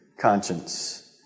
conscience